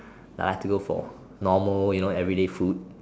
I like to go for normal you know everyday food